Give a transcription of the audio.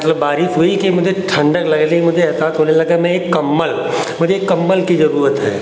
मतलब बारिश हुई कि मुझे ठंडक लगने लगी मुझे भी एहसास होने लगा कि मुझे एक कम्बल मुझे एक कम्बल की ज़रूरत है